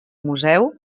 museu